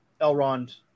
Elrond